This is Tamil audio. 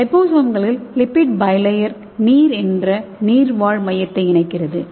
லிபோசோம்களில் லிப்பிட் பிளேயர் நீர் என்ற நீர்வாழ் மையத்தை இணைக்கிறது